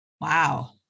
Wow